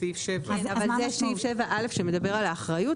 סעיף 7. אבל זה סעיף 7(א) שמדבר על האחריות,